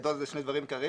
בגדול זה שני דברים עיקריים,